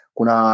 Kuna